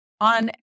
on